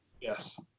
Yes